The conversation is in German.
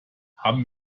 haben